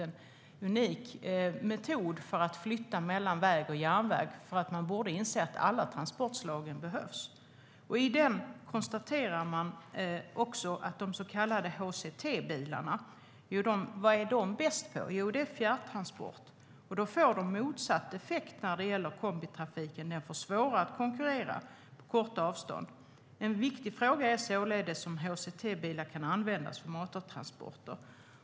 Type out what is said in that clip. Det är en unik metod för att flytta gods mellan väg och järnväg. Man borde inse att alla transportslagen behövs.I rapporten konstaterar man också vad de så kallade HCT-bilarna är bäst på. Det är fjärrtransport. De får motsatt effekt när det gäller kombitrafiken. Den får svårare att konkurrera på korta avstånd. En viktig fråga är således om HCT-bilar kan användas för matartransporter.